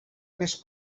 més